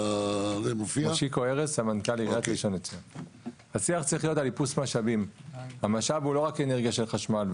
המשאב הוא לא רק אנרגיה של חשמל.